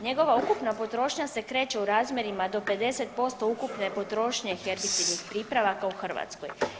Njegova ukupna potrošnja se kreće u razmjerima do 50% ukupne potrošnje herbicidnih pripravaka u Hrvatskoj.